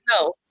no